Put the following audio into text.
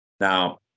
Now